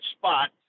spot